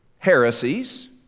Heresies